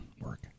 work